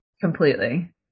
Completely